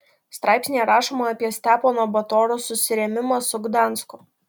straipsnyje rašoma apie stepono batoro susirėmimą su gdansku